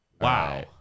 Wow